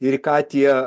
ir į ką tie